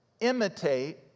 Imitate